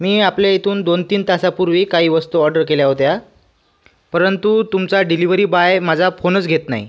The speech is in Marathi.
मी आपल्या इथून दोनतीन तासांपूर्वी काही वस्तू ऑडर केल्या होत्या परंतु तुमचा डिलिवरी बाय माझा फोनच घेत नाही